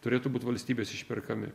turėtų būt valstybės išperkami